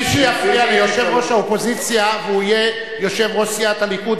מי שיפריע ליושב-ראש האופוזיציה והוא יהיה יושב-ראש סיעת הליכוד,